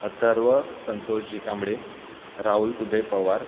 Atharva Santoshji Kamble Raul Uday Pawar